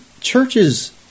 churches